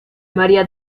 maría